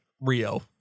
Rio